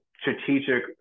strategic